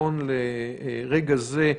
נכון לרגע זה,